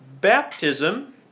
baptism